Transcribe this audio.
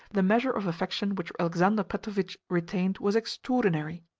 the measure of affection which alexander petrovitch retained was extraordinary.